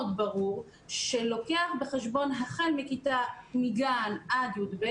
ברור שלוקח בחשבון החל מגן עד י"ב,